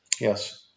Yes